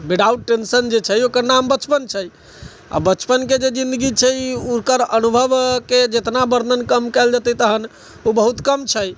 without tension जे छै ओकर नाम बचपन छै आ बचपन के जे जिनगी छै ओकर अनुभव के जितना वर्णन कम कयल जेतय ओ तहन ओ बहुत कम छै